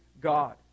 God